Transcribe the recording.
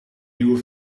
nieuwe